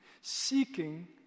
seeking